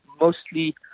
mostly